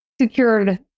secured